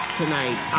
tonight